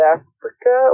Africa